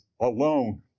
alone